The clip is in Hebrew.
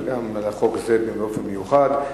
ועל החוק הזה במיוחד.